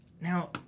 now